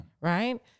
Right